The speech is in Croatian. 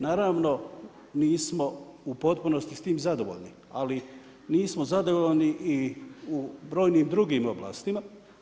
Naravno nismo u potpunosti s tim zadovoljni, ali nismo zadovoljni i u brojnim drugim oblastima.